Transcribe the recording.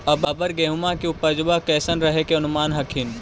अबर गेहुमा के उपजबा कैसन रहे के अनुमान हखिन?